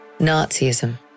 Nazism